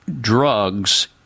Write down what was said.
drugs